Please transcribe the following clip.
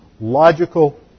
logical